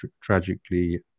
tragically